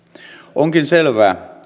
onkin selvää